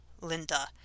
linda